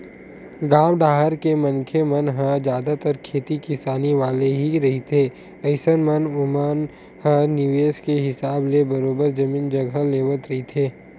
गाँव डाहर के मनखे मन ह जादतर खेती किसानी वाले ही रहिथे अइसन म ओमन ह निवेस के हिसाब ले बरोबर जमीन जघा लेवत रहिथे